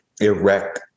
erect